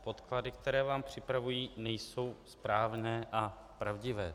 Podklady, které vám připravují, nejsou správné a pravdivé.